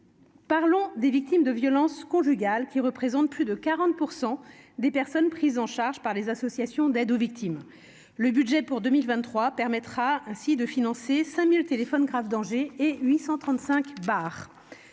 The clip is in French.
Parlons des victimes de violences conjugales, qui représentent plus de 40 % des personnes prises en charge par les associations d'aide aux victimes. Le budget pour 2023 permettra de financer 5 000 téléphones grave danger et 835